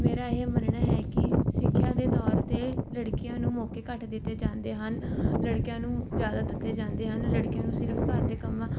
ਮੇਰਾ ਇਹ ਮੰਨਣਾ ਹੈ ਕਿ ਸਿੱਖਿਆ ਦੇ ਤੌਰ 'ਤੇ ਲੜਕੀਆਂ ਨੂੰ ਮੌਕੇ ਘੱਟ ਦਿੱਤੇ ਜਾਂਦੇ ਹਨ ਲੜਕਿਆਂ ਨੂੰ ਜ਼ਿਆਦਾ ਦਿੱਤੇ ਜਾਂਦੇ ਹਨ ਲੜਕੀਆਂ ਨੂੰ ਸਿਰਫ਼ ਘਰ ਦੇ ਕੰਮਾਂ